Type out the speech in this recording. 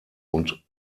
und